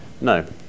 No